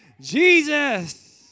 Jesus